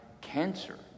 cancer